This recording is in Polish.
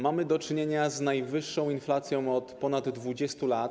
Mamy do czynienia z najwyższą inflacją od ponad 20 lat.